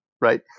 right